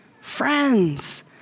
friends